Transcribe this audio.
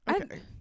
Okay